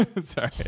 Sorry